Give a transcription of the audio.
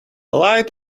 light